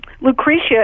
Lucretia